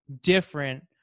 different